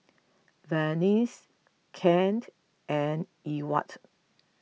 Vernice Kent and Ewart